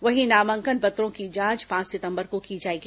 वहीं नामांकन पत्रों की जांच पांच सितंबर को की जाएगी